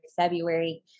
February